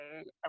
okay